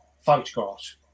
photographs